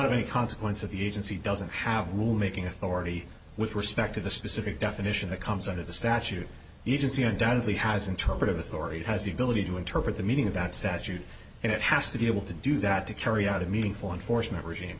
of any consequence of the agency doesn't have room making authority with respect to the specific definition that comes out of the statute even see undoubtedly has interpretive authority has the ability to interpret the meaning of that statute and it has to be able to do that to carry out a meaningful enforcement regime